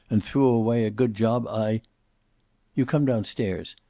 and threw away a good job i you come down-stairs.